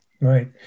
Right